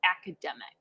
academic